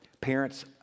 Parents